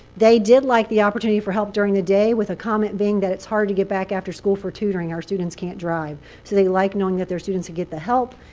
they did like the opportunity for help during the day with a comment being that it's hard to get back after school for tutoring. our students can't drive. so they like knowing that their students can get the help.